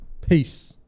Peace